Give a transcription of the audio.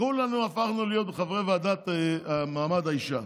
כולנו הפכנו להיות חברי הוועדה לקידום מעמד האישה.